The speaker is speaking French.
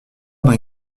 d’un